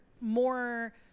more